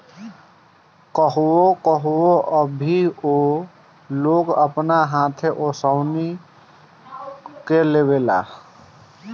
कहवो कहवो अभीओ लोग अपन हाथे ओसवनी के लेवेला